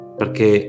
perché